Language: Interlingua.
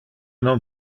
non